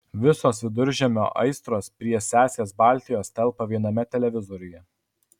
visos viduržemio aistros prie sesės baltijos telpa viename televizoriuje